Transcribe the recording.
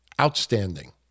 Outstanding